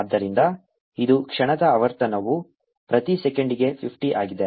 ಆದ್ದರಿಂದ ಇದು ಕ್ಷಣದ ಆವರ್ತನವು ಪ್ರತಿ ಸೆಕೆಂಡಿಗೆ 50 ಆಗಿದೆ